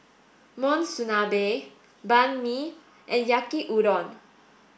Monsunabe Banh Mi and Yaki udon